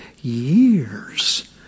years